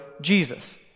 Jesus